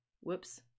Whoops